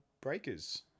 Breakers